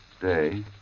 day